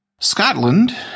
Scotland